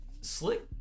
slick